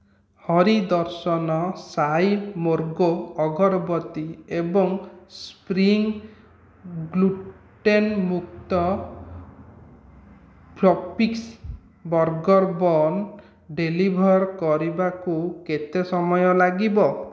ହରି ଦର୍ଶନ ସାଇ ମୋଗ୍ରା ଅଗରବତୀ ଏବଂ spring gluten ମୁକ୍ତ fluffy burger bun deliver କରିବାକୁ କେତେ ସମୟ ଲାଗିବ